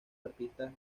artistas